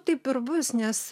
taip ir bus nes